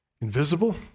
invisible